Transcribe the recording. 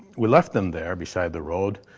we left them there beside the road,